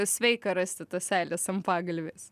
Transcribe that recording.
sveika rasti tas seiles ant pagalvės